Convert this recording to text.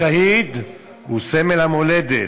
השהיד הוא סמל המולדת.